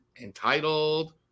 entitled